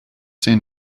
seen